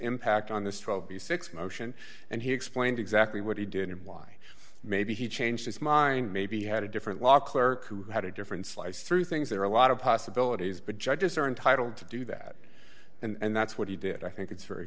impact on this trial be six motion and he explained exactly what he did and why maybe he changed his mind maybe he had a different law clerk who had a different slice through things there are a lot of possibilities but judges are entitled to do that and that's what he did i think it's very